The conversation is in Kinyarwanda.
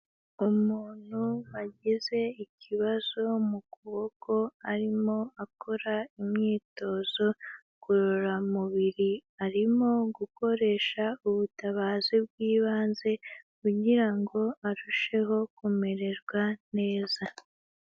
Umuntu wagize ikibazo mu kuboko arimo akora imyitozo ngororamubiri, arimo gukoresha ubutabazi bw'ibanze kugira ngo arusheho kumererwa neza.